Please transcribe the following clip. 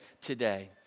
today